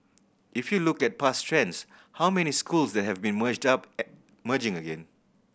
if you look at past trends how many schools that have been merged up merging again